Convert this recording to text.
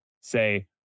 say